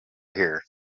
here